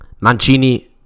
Mancini